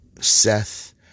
Seth